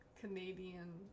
Canadian